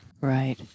Right